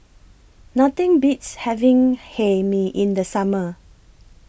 Nothing Beats having Hae Mee in The Summer